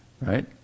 right